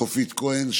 חופית כהן,